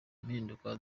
impinduka